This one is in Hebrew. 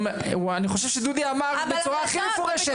אני חושב שדודי אמר בצורה הכי מפורשת -- אבל בסוף,